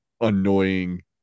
annoying